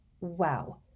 Wow